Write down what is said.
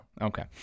Okay